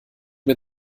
mir